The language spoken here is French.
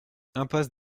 impasse